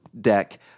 deck